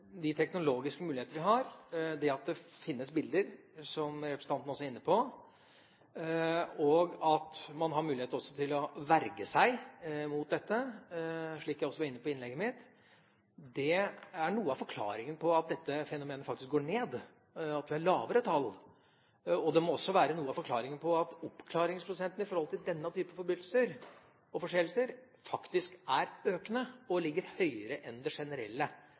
det finnes bilder, som representanten også er inne på, og at man også har mulighet til å verge seg mot dette, slik jeg også var inne på i innlegget mitt, det er noe av forklaringen på lavere tall når det gjelder dette fenomenet. Det må også være noe av forklaringen på at oppklaringsprosenten i forhold til denne typen forbrytelser og forseelser faktisk er økende, og ligger høyere enn den generelle.